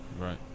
Right